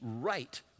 right